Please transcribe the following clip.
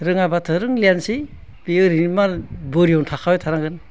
रोङाबाथ' रोंलियानोसै बियो आरैनो मा होनो बोरियावनो थाखाबाय थानांगोन